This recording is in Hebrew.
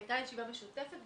הייתה ישיבה משותפת,